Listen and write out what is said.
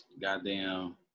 goddamn